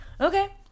Okay